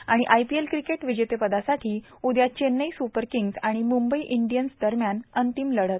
आणि IPL cricket विजेतेपदासाठी उद्या चेन्नई स्परकिंग्ज आणि मुंबई इंडियन्स दरम्यान अंतिम लढत